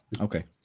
okay